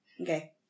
Okay